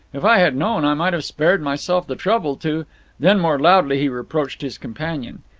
if i had known, i might have spared myself the trouble to then more loudly he reproached his companion.